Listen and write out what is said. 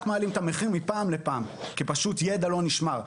מעלים את המחיר מפעם לפעם כי ידע לא נשמר.